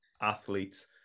athletes